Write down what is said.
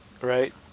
Right